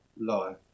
life